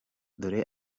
dore